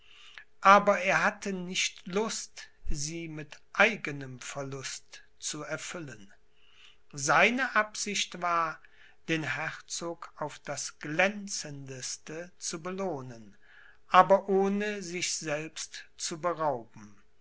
aber er hatte nicht lust sie mit eigenem verlust zu erfüllen seine absicht war den herzog auf das glänzendste zu belohnen aber ohne sich selbst zu berauben